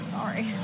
Sorry